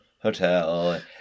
Hotel